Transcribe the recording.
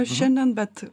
šiandien bet